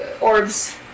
orbs